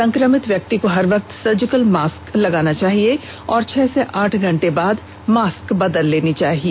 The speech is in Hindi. सं क्र मित व्यक्ति को हर वक्त सर्जिकल मास्क लगाना चाहिए और छह से आठ घंटे बाद मास्क बदल लेनी चाहिए